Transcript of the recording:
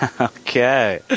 Okay